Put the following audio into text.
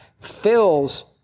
fills